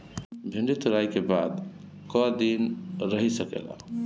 भिन्डी तुड़ायी के बाद क दिन रही सकेला?